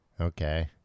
Okay